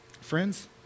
Friends